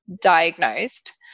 diagnosed